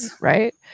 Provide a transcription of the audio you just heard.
right